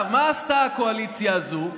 מה עשתה הקואליציה הזו?